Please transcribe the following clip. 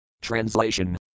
Translation